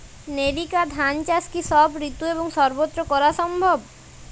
NERICA ধান চাষ কি সব ঋতু এবং সবত্র করা সম্ভব?